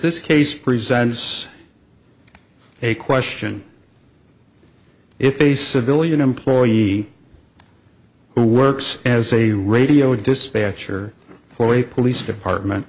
this case presents a question if a civilian employee who works as a radio dispatcher for a police department